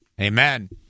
Amen